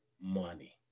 money